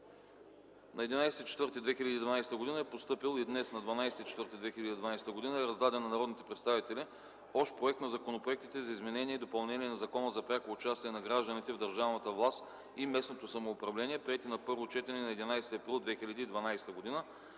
на 11 април 2012 г. е постъпил и днес, на 12 април 2012 г., е раздаден на народните представители общ Проект на законопроектите за изменение и допълнение на Закона за пряко участие на гражданите в държавната власт и местното самоуправление, приети на първо четене на 11 април 2012 г.